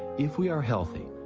if we are healthy,